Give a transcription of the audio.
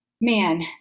man